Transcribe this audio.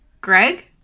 Greg